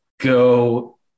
go